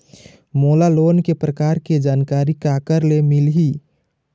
मोला लोन के प्रकार के जानकारी काकर ले मिल ही?